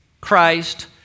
Christ